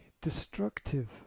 destructive